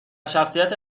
شخصیت